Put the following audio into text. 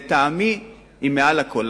לטעמי, היא מעל לכול.